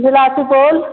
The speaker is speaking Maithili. ज़िला सुपौल